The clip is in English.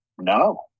no